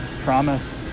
promise